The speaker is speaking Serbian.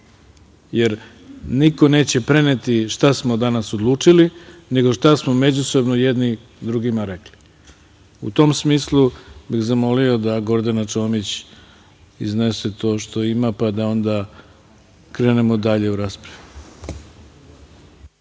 jer niko neće preneti šta smo danas odlučili, nego šta smo međusobno jedni drugima rekli.U tom smislu bih zamolio da Gordana Čomić iznese to što ima, pa da onda krenemo dalje u raspravu. Javila